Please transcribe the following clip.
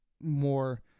more